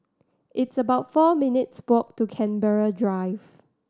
it's about four minutes' to Canberra Drive